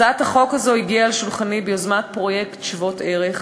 הצעת החוק הזאת הגיעה אל שולחני ביוזמת פרויקט "שוות ערך,